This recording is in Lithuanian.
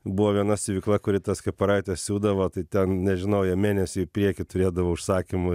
buvo viena siuvykla kuri tas kepuraites siūdavo tai ten nežinau jie mėnesį į priekį turėdavo užsakymų